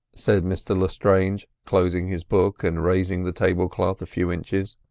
said mr lestrange, closing his book, and raising the table-cloth a few inches,